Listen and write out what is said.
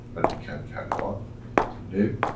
that he can carry on to live,